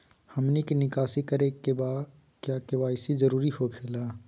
हमनी के निकासी करे के बा क्या के.वाई.सी जरूरी हो खेला?